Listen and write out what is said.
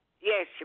Yes